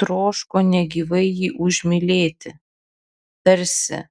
troško negyvai jį užmylėti tarsi